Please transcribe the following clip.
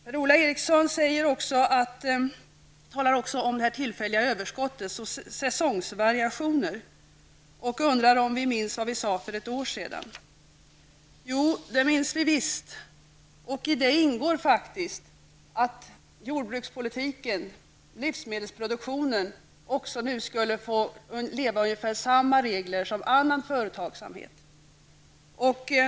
Per-Ola Eriksson talar också om det tillfälliga överskottet, säsongsvariationer, och undrar om vi minns vad vi sade för ett år sedan. Jo, det minns vi visst. Och i det ingår faktiskt att jordbrukspolitiken, livsmedelsproduktionen, också nu skulle få leva under ungefär samma regler som annan företagsamhet.